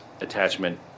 attachment